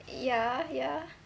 ya ya